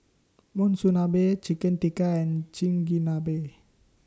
Monsunabe Chicken Tikka and Chigenabe